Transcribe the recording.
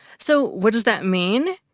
so what does that mean?